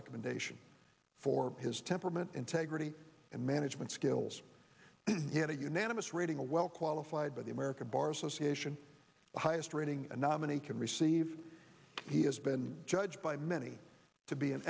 recommendation for his temperament integrity and management skills and a unanimous rating a well qualified by the american bar association the highest rating a nominee can receive he has been judged by many to be an